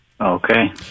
Okay